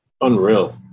Unreal